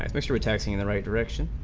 um fish are taxing and the right direction.